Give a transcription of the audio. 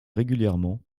régulièrement